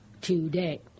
today